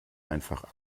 einfach